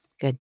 good